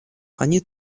они